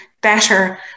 better